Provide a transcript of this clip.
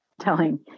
telling